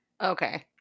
Okay